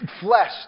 flesh